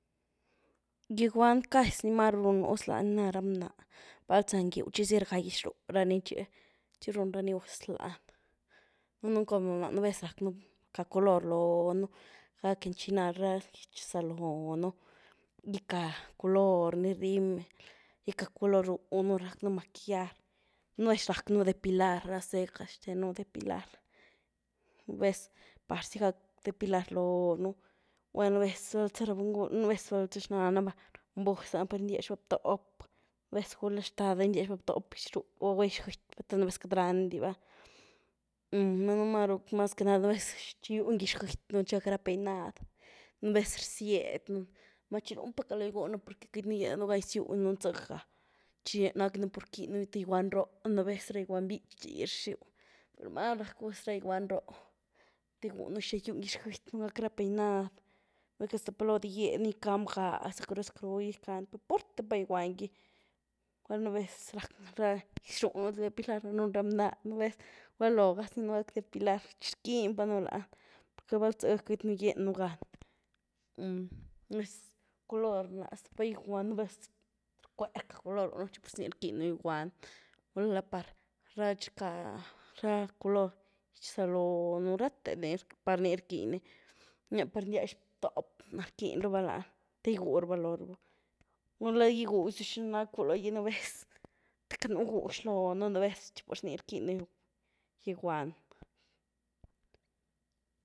Gygwan casi ni maru run gus lanii na’ ra bnah, val za ngyw txi zy rga gytx ru rany, txi-txi run rani gus lany, danëen como mnaa, nu’ vez rcáa color loo un, gac enchinar ra gytx-bzalonu, gica color ni, rímel, gica’ color ru’h nu, racnu maquillar, nu’ vez racnu depilar ra cejas xten nu depilar, nu’ vez parzy gac depilar loonu, gula’ nu’ vez val za ra buny ngulë, nu’ vez, val za xnana va, run va guz lany par gyndyax ba btóp, nu’ vez gula’ xtada gyndyax ba btóp gytx rúba, gula’ gytx gëquy ba, te nu’ vez queity rándy ba, danëen máru, maz que nada, nu’ vez rýwny gytx-gëquy un, txi gac ra peinad, nu’ vez rzyed nuny, numá txi un’pa caloo gygwy-nu’ porque queity nu’ gyenu gan gysiwn-nuny zëga’, txi nap nu’ pur rquiny nu’ th gygwan roo, nu’ vez, ra gygwan býtxy rxyw, máru rac gus ra gygwan roo, te gygwy-un xina gywny gitx-gëiquy nu’, gac ra peinad, val quiety hasta pa caloo dy gyéd ni, gicany bgaah sacru-sacru gicany, per púrte pa gygwan gy, gula’ nu’ vez rac ra gitx-rúh un depilar, danëen ra bnah’, nu’ vez gulá looga zynu gak depilar txi rquny panu lany, porque val zyga queity un gyénu gan, nu’ vez color na, hasta pa’ gygwan. nu’ vez rkwé rka color rúnu txi pur zy ni rquiënu gygwan, gula par txi rca ra color gytx-bzalonu, ráte ni par nii rquëiny, níah par ndiax tóp rquiny raba laby te gygwy raba lohraba, gula gygwyw-ziu xina nacu logi nu’ vez, te quiety un bguux lonu nu’ vez txi pur zy ny rquëinu gygwan.